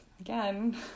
again